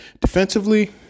Defensively